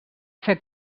fer